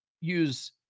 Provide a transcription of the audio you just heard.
use